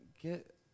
get